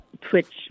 Twitch